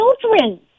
children